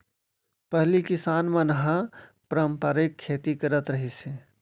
पहिली किसान मन ह पारंपरिक खेती करत रिहिस हे